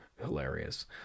Hilarious